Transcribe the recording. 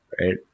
right